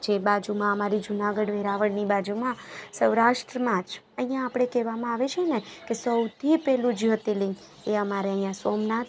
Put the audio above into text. જે બાજુમાં અમારી જૂનાગઢ વેરાવળની બાજુમાં સૌરાષ્ટ્રમાં જ અહીંયા આપણે કહેવામાં આવે છે ને કે સૌથી પહેલું જ્યોતિર્લીંગ એ અમારે અહીંયા સોમનાથ છે